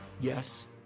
Yes